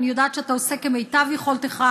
אני יודעת שאתה עושה כמיטב יכולתך,